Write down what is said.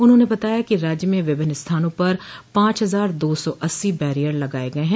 उन्होंने बताया कि राज्य में विभिन्न स्थानों पर पांच हजार दो सौ अस्सी बैरियर लगाये गये हैं